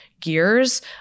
gears